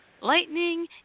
Lightning